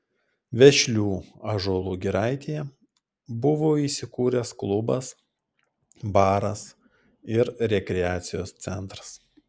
vešlių ąžuolų giraitėje buvo įsikūręs klubas baras ir rekreacijos centras